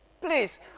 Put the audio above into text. Please